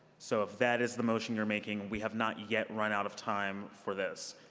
so if that is the motion you're making, we have not yet run out of time for this.